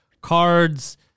cards